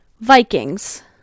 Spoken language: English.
Vikings